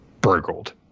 burgled